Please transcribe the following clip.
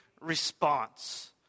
response